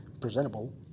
presentable